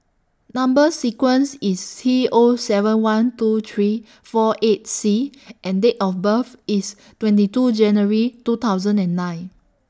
N umber sequence IS T O seven one two three four eight C and Date of birth IS twenty two January two thousand and nine